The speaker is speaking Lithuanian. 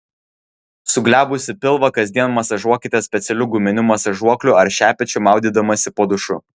suglebusį pilvą kasdien masažuokite specialiu guminiu masažuokliu ar šepečiu maudydamasi po dušu